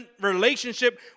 relationship